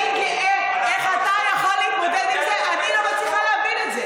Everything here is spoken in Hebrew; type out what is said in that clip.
במקרה, הדבר הזה הוא דבר שהיה צריך לעשותו.